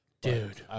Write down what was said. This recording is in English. Dude